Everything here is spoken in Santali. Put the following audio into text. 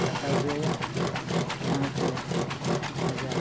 ᱦᱟᱛᱟᱣ ᱦᱩᱭᱟᱭᱟ ᱥᱟᱶᱛᱮ ᱟᱭᱟᱜ